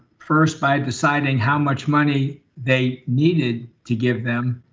first by deciding how much money they needed to give them,